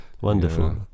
wonderful